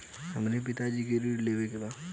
हमरे पिता जी के ऋण लेवे के बा?